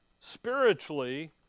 spiritually